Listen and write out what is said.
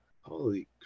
Holy